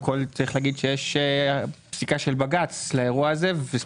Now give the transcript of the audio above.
צריך לומר שיש פסיקה של בג"ץ לאירוע הזה.